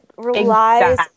relies